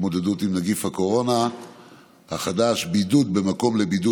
להתמודדות עם נגיף הקורונה החדש (בידוד במקום לבידוד